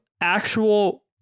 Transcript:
actual